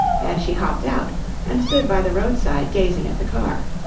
and she hopped out and stood by the roadside gazing at the car.